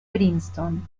princeton